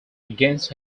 against